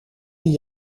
die